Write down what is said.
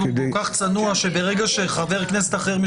או את הצעת החוק של הייעוץ